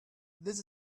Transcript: this